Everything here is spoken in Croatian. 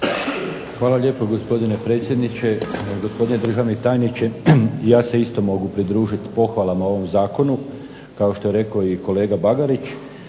Hvala lijepo gospodine predsjedniče, gospodine državni tajniče. Ja se isto mogu pridružiti pohvalama ovom zakonu kao što je rekao i kolega Bagarić.